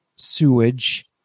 sewage